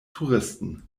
touristen